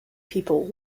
people